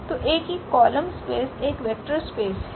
तो A की column space एक वेक्टर स्पेस है